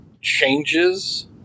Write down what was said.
changes